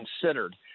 considered